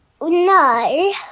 No